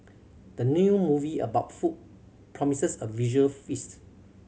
the new movie about food promises a visual feast